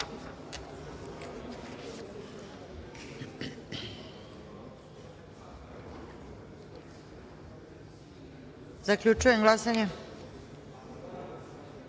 DS.Zaključujem glasanje: